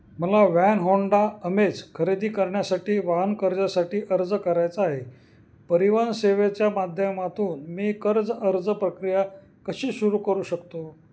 मला one Honda Amaze खरेदी करण्यासाठी वाहन कर्जासाठी अर्ज करायचा आहे परिवहन सेेवेच्या माध्यमातून मी कर्ज अर्ज प्रक्रिया कशी सुरू करू शकतो